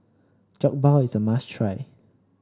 Jokbal is a must try